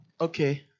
Okay